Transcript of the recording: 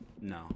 No